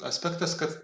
aspektas kad